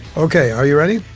okay, are you ready?